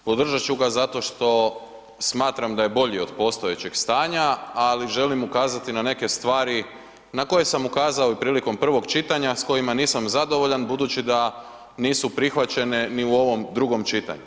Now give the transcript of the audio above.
Podržat ću ga zato što smatram da je bolji od postojećeg stanja, ali želim ukazati na neke stvari na koje sam ukazao i prilikom prvog čitanja s kojima nisam zadovoljan budući da nisu prihvaćene ni u ovom drugom čitanju.